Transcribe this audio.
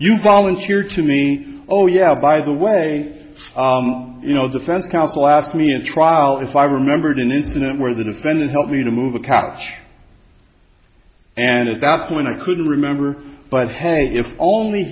you volunteered to me oh yeah by the way you know defense counsel asked me at trial if i remembered an incident where the defendant helped me to move a catch and at that point i couldn't remember but hey if only